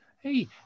hey